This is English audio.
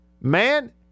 Man